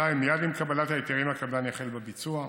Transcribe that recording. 2. מייד עם קבלת ההיתרים הקבלן יחל בביצוע,